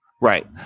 right